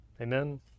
Amen